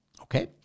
Okay